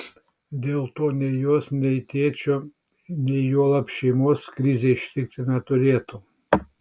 dėl to nei mamos nei tėčio nei juolab šeimos krizė ištikti neturėtų